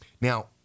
Now